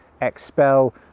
expel